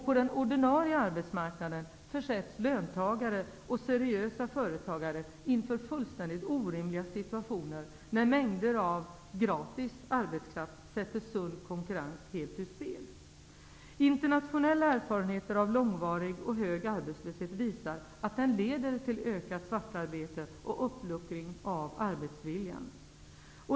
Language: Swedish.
På den ordinarie arbetsmarknaden försätts löntagare och seriösa företagare inför fullständigt orimliga situationer, när mängder av ''gratis'' arbetskraft sätter sund konkurrens helt ur spel. Internationella erfarenheter av långvarig och hög arbetslöshet visar att den leder till ökat svartarbete och uppluckring av arbetsviljan.